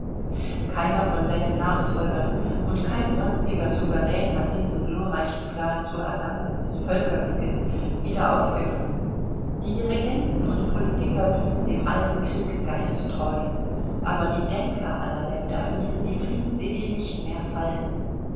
keiner von seinen nachfolgern und kein sonstiger souverän hat diesen glorreichen plan zur erlangung des völkerglückes wieder aufgenommen die regenten und politiker blieben dem alten kriegsgeist treu aber die denker aller länder ließen die friedensidee nicht mehr fallen